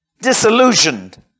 disillusioned